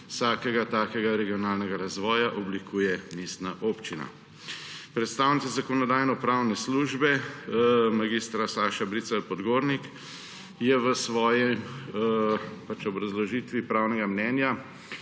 vsakega takega regionalnega razvoja oblikuje mestna občina. Predstavnica Zakonodajno-pravne službe mag. Saša Bricelj Podgornik je v svoji obrazložitvi pravnega mnenja